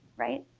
right.